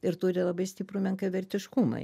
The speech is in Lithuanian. ir turi labai stiprų menkavertiškumą